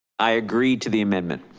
i agreed to the amendment.